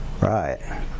Right